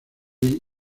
lee